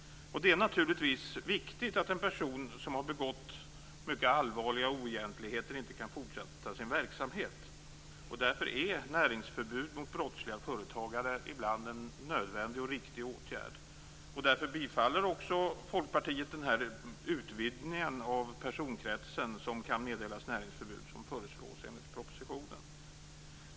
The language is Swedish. Det är naturligtvis viktigt att en person som har begått mycket allvarliga oegentligheter inte kan fortsätta med sin verksamhet. Därför är näringsförbud mot brottsliga företagare ibland en nödvändig och riktig åtgärd. Därför bifaller också Folkpartiet förslaget i propositionen om utvidgning av den personkrets som kan meddelas näringsförbud.